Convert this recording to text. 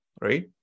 right